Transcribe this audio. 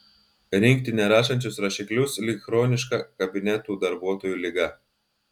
rinkti nerašančius rašiklius lyg chroniška kabinetų darbuotojų liga